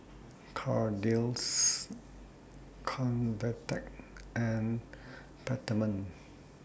Kordel's Convatec and Peptamen